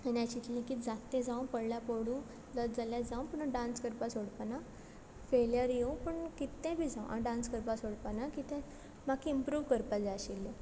आनी हांवें चिंतलें की जात तें जावं पडल्या पडूं लज जाल्या जावं पुणू डांस करपा सोडपा ना फेलयर येवं पूण कित्तें बी जावं हांव डांस करपा सोडपा ना कितें म्हाक इम्प्रूव करपा जाय आशिल्लें